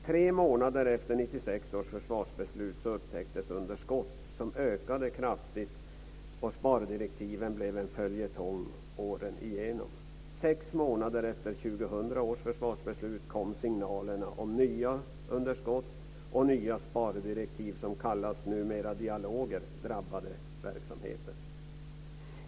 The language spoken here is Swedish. Tre månader efter 1996 års försvarsbeslut upptäcktes underskott som ökade kraftigt, och spardirektiven blev en följetong åren igenom. Sex månader efter 2000 års försvarsbeslut kom signalerna om nya underskott, och nya spardirektiv - som numrera kallas dialoger - drabbade verksamheten.